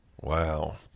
Wow